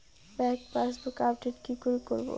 Bank passbook update কি করে করবো?